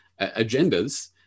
agendas